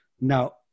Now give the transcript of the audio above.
Now